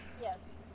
Yes